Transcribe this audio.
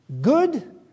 Good